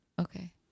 Okay